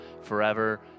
forever